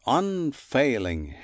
unfailing